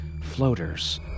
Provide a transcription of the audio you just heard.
floaters